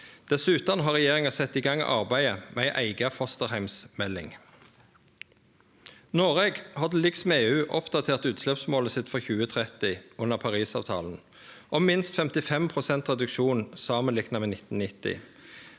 Dessutan har regjeringa sett i gang arbeidet med ei eiga fosterheimsmelding. Noreg har til liks med EU oppdatert utsleppsmålet sitt for 2030 under Parisavtalen, om minst 55 pst. reduksjon samanlikna med 1990.